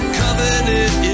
covenant